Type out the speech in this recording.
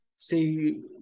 see